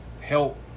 help